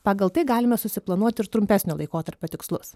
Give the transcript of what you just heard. pagal tai galime susiplanuot ir trumpesnio laikotarpio tikslus